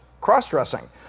cross-dressing